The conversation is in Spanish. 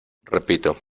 repito